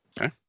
Okay